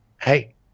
Hey